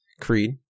Creed